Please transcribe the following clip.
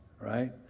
right